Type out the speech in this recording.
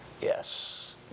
yes